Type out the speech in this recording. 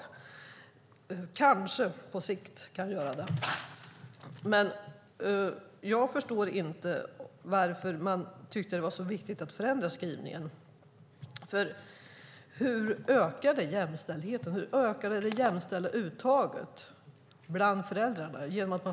Den kanske på sikt kan göra det. Jag förstår inte varför man tyckte att det var så viktigt att förändra skrivningen. Hur ökar den förändrade skrivningen jämställdheten och hur ökar den det jämställda uttaget bland föräldrarna?